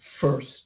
first